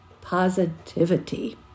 positivity